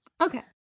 Okay